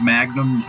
Magnum